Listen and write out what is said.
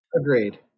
Agreed